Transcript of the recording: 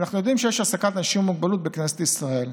אנחנו יודעים שיש העסקת אנשים עם מוגבלות בכנסת ישראל.